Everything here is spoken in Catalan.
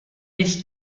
més